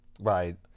Right